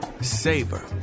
savor